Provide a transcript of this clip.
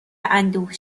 اندوه